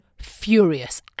furious